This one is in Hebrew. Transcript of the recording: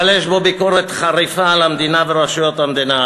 אבל יש בו ביקורת חריפה על המדינה ורשויות המדינה,